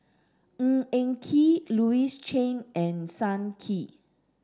Ng Eng Kee Louis Chen and Sun Yee